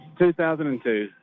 2002